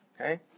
okay